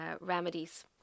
remedies